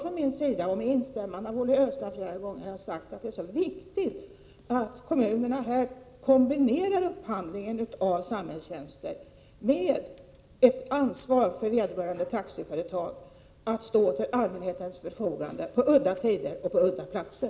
Därför har jag, med instämmande av Olle Östrand, flera gånger sagt att det är viktigt att kommunerna kombinerar upphandlingen av samhällstjänster med ett ansvar för vederbörande taxiföretag att stå till allmänhetens förfogande på udda tider och på udda platser.